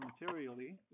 materially